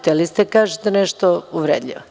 Hteli ste da kažete nešto uvredljivo.